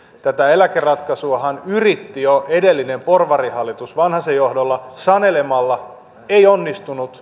tätä eläkeratkaisuahan yritti jo edellinen porvarihallitus vanhasen johdolla sanelemalla ei onnistunut